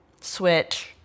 Switch